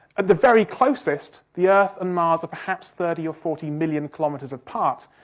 at the very closest, the earth and mars are perhaps thirty or forty million kilometres apart,